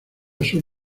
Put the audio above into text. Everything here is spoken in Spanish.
sur